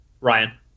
Ryan